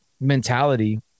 mentality